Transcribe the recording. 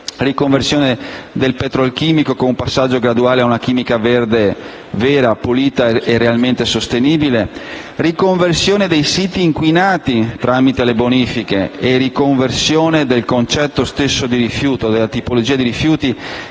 riconversione del petrolchimico, con passaggio graduale ad una chimica verde vera, pulita e realmente sostenibile; riconversione dei siti inquinati tramite le bonifiche e riconversione del concetto stesso di rifiuto, della tipologia di rifiuti